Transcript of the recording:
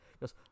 goes